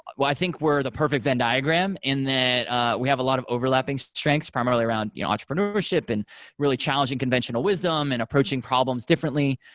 well, i think we're the perfect venn diagram and that ah we have a lot of overlapping strengths primarily around yeah entrepreneurship and really challenging conventional wisdom and approaching problems differently.